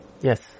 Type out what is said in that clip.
Yes